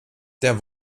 der